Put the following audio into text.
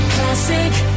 Classic